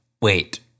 Wait